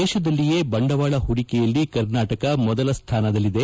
ದೇಶದಲ್ಲಿಯೇ ಬಂಡವಾಳ ಹೂಡಿಕೆಯಲ್ಲಿ ಕರ್ನಾಟಕ ಮೊದಲ ಸ್ಥಾನದಲ್ಲಿದೆ